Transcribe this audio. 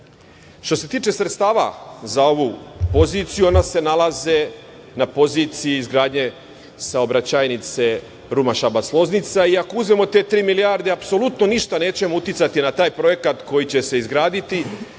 Što se tiče sredstava za ovu poziciju, ona se nalaze na poziciji izgradnje saobraćajnice Ruma-Šabac-Loznica i ako uzmemo te tri milijarde apsolutno ništa nećemo uticati na taj projekat koji će se izgraditi